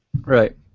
Right